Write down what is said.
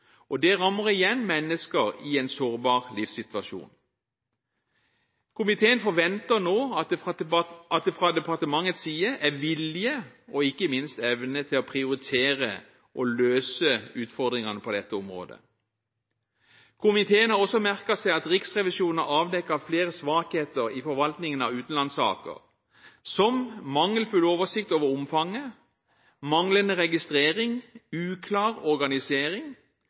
Det rammer igjen mennesker i en sårbar livssituasjon. Komiteen forventer nå at det fra departementets side er vilje – og ikke minst evne – til å prioritere og løse utfordringene på dette området. Komiteen har også merket seg at Riksrevisjonen har avdekket flere svakheter i forvaltningen av utenlandssaker, som mangelfull oversikt over omfanget, manglende registrering, uklar organisering,